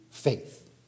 Faith